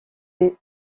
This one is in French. des